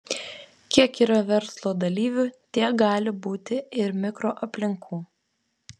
kiek yra verslo dalyvių tiek gali būti ir mikroaplinkų